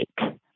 right